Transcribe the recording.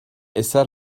eser